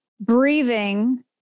breathing